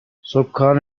سـکان